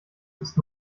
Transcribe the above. ist